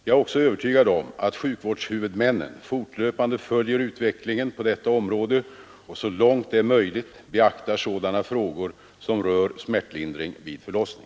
Jag är också övertygad om att sjukvårdshuvudmännen fortlöpande följer utvecklingen på detta område och så långt det är möjligt beaktar sådana frågor som rör smärtlindring vid förlossning.